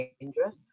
dangerous